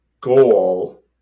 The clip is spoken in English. goal